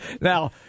Now